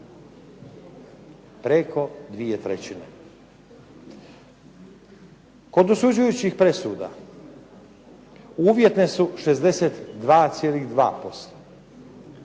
Preko dvije trećine. Kod dosuđujućih presuda uvjetne su 62,2%,